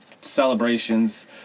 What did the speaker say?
celebrations